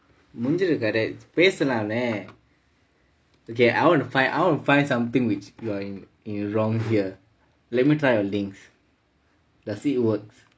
முடிச்சுது கடை பேசலானே:mudichuthu kadai pesalaanae okay I want to find I want to find something which you are in the wrong here let me try on links does it works